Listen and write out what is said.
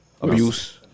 Abuse